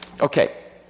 Okay